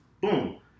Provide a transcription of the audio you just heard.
Boom